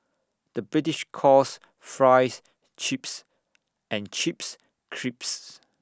the British calls Fries Chips and Chips Crisps